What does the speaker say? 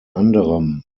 anderem